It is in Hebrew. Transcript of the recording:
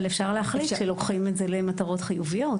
אבל אפשר להחליט שלוקחים את זה למטרות חיוביות,